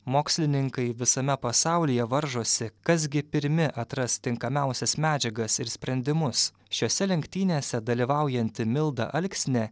mokslininkai visame pasaulyje varžosi kas gi pirmi atras tinkamiausias medžiagas ir sprendimus šiose lenktynėse dalyvaujanti milda alksnė